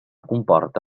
comporta